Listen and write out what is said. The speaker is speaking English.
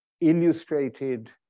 illustrated